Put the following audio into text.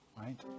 right